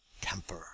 temper